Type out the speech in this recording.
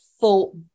full